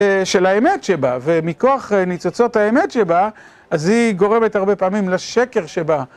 של האמת שבה ומכוח ניצוצות האמת שבה, אז היא גורמת הרבה פעמים לשקר שבה.